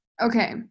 Okay